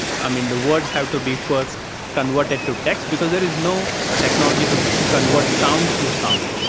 i mean, the words have to be first converted to text, because there is no technology to convert sound to sound.